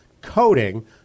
coding